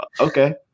okay